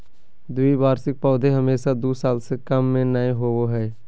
द्विवार्षिक पौधे हमेशा दू साल से कम में नयय होबो हइ